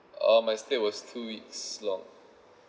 uh my stay was two weeks long